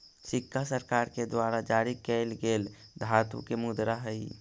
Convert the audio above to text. सिक्का सरकार के द्वारा जारी कैल गेल धातु के मुद्रा हई